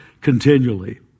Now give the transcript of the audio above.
continually